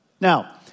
Now